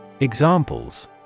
Examples